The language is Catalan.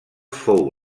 fou